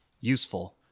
useful